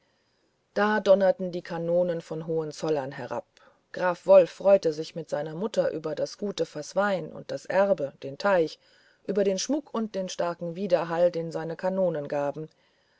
da donnerten die kanonen von hohenzollern herab graf wolf freute sich mit seiner mutter über das gute faß wein und das erbe den teich über den schmuck und den starken widerhall den seine kanonen gaben